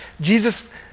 Jesus